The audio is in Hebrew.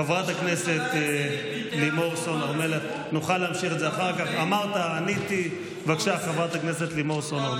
ראש הממשלה הציג את פרטי הרפורמה